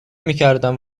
میکردم